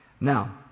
Now